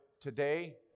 today